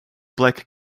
black